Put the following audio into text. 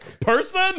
person